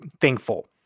thankful